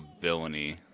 villainy